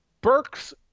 Burks